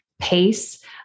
pace